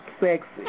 sexy